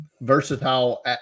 versatile